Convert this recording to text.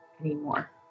anymore